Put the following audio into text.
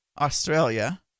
Australia